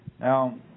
Now